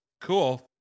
cool